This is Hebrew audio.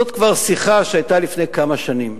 זאת שיחה שהיתה כבר לפני כמה שנים.